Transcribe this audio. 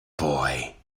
boy